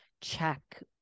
check